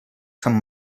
sant